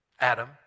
Adam